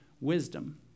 wisdom